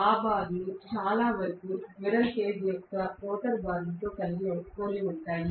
ఆ బార్లు చాలా వరకు స్క్విరెల్ కేజ్ యొక్క రోటర్ బార్తో పోలి ఉంటాయి